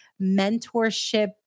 mentorship